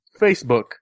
Facebook